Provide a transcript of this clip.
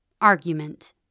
Argument